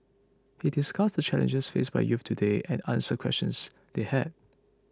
he discussed the challenges faced by youths today and answered questions they had